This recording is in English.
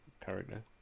character